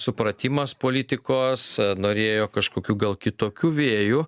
supratimas politikos norėjo kažkokių gal kitokių vėjų